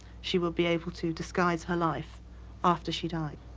she will be able to disguise her life after she died.